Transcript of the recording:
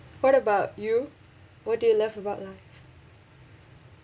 what about you what do you love about life